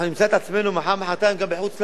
אנחנו נמצא את עצמנו מחר או מחרתיים גם בחוץ-לארץ,